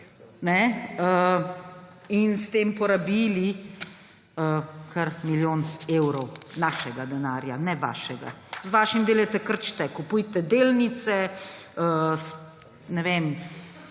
in s tem porabili kar milijon evrov – našega denarja, ne vašega. Z vašim delajte, kar hočete: kupujte delnice, ne vem,